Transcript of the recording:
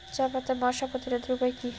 চাপাতায় মশা প্রতিরোধের উপায় কি?